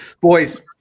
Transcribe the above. Boys